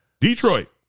Detroit